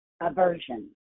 aversion